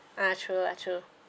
ah true ah true